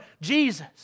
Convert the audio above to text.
Jesus